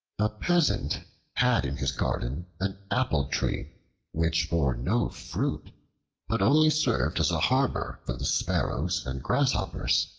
a peasant had in his garden an apple-tree which bore no fruit but only served as a harbor for the sparrows and grasshoppers.